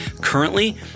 Currently